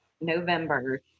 November